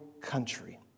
country